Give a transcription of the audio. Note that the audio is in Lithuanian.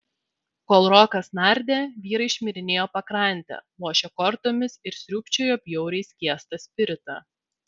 kol rokas nardė vyrai šmirinėjo pakrante lošė kortomis ir sriūbčiojo bjauriai skiestą spiritą